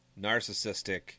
narcissistic